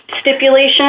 stipulation